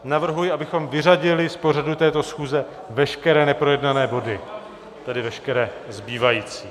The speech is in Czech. Navrhuji, abychom vyřadili z pořadu této schůze veškeré neprojednané body, tedy veškeré zbývající.